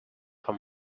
from